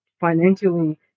financially